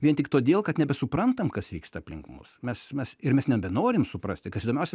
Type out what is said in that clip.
vien tik todėl kad nebesuprantam kas vyksta aplink mus mes mes ir mes nebenorim suprasti kas įdomiausia